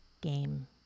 game